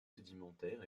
sédimentaires